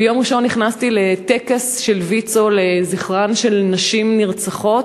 ביום ראשון נכנסתי לטקס של ויצו לזכרן של נשים שנרצחו.